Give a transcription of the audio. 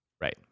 Right